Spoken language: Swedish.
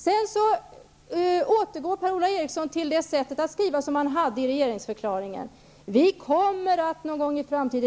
Sedan återgår Per-Ola Eriksson till det sätt att skriva som man hade i regeringsförklaringen: ''Vi kommer att någon gång i framtiden.